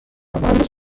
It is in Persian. مهندس